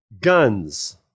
Guns